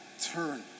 turn